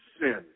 sin